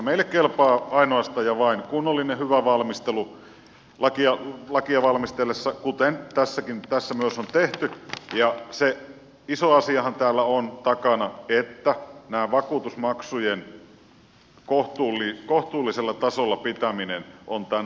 meille kelpaa ainoastaan ja vain kunnollinen hyvä valmistelu lakia valmistellessa kuten tässä myös on tehty ja se iso asiahan täällä on takana että vakuutusmaksujen kohtuullisella tasolla pitäminen on tämän lain tarkoitus